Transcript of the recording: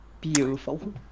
Beautiful